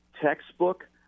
textbook